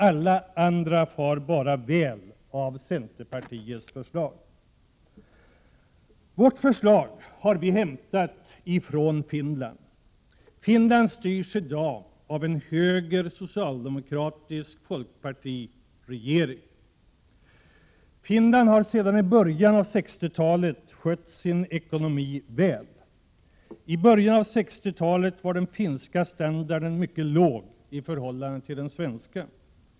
Alla andra far bara väl av centerpartiets förslag. 26 maj 1988 Vårt förslag har vi hämtat från Finland. Finland styrs i dag av en koalitionsregering bildad av högerpartiet, socialdemokraterna och folkpartiet. Finland har sedan början av 60-talet skött sin ekonomi väl. Vid den tiden var den finska standarden mycket låg i förhållande till den svenska.